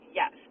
yes